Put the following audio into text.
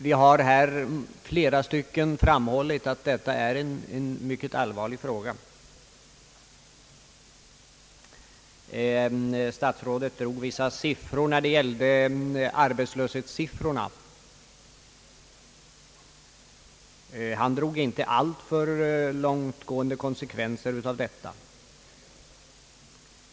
Flera talare har här framhållit att det är en mycket allvarlig fråga. Statsrådet nämnda vissa siffror beträffande arbetslösheten. Han drog inte alltför långt gående konsekvenser av dem.